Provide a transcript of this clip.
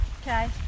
Okay